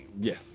Yes